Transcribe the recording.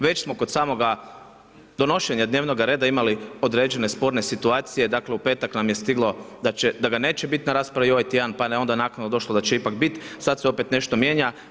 Već smo kod samoga donošenja dnevnog reda imali određene sporne situacije, dakle u petak nam je stiglo da ga neće biti na raspravi i ovaj tjedan, pa je onda naknadno došlo da će ipak biti, sada se opet nešto mijenja.